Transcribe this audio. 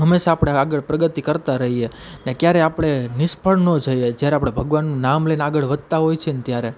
હંમેશા આપણે આગળ પ્રગતિ કરતાં રહીએ ને ક્યારેય આપણે નિષ્ફળ ન જઈએ જ્યારે આપણે ભગવાનનું નામ લઈને આગળ વધતાં હોઈએ છીએ ને ત્યારે